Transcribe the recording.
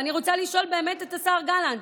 אני באמת רוצה לשאול את השר גלנט,